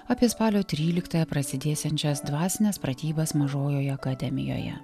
apie spalio tryliktąją prasidėsiančias dvasines pratybas mažojoje akademijoje